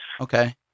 Okay